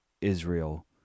Israel